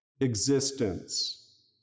existence